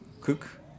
cook